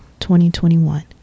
2021